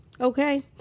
Okay